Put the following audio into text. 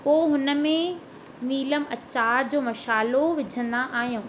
पोइ हुनमें नीलम अचार जो मशालो विझंदा आहियूं